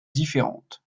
différente